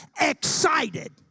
excited